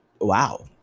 wow